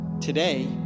Today